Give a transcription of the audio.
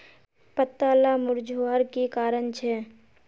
पत्ताला मुरझ्वार की कारण छे?